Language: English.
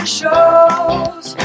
shows